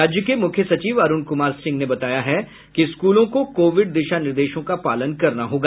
राज्य के मुख्य सचिव अरुण कुमार सिंह ने बताया है कि स्कूलों को कोविड दिशा निर्देशों का पालन करना होगा